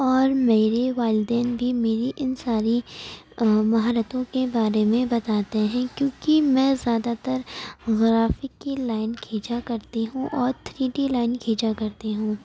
اور میرے والدین بھی میری ان ساری مہارتوں کے بارے میں بتاتے ہیں کیوں کہ میں زیادہ تر غرافک کی لائن کھینچا کرتی ہوں اور تھری ڈی لائن کھینچا کرتی ہوں